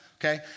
Okay